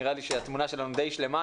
ונראה לי שהתמונה שלנו די שלמה.